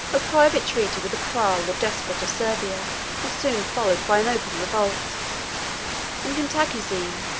a private treaty with the cral or despot of servia was soon followed by an open revolt and cantacuzene,